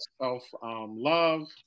self-love